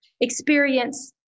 experience